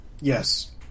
Yes